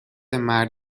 مرد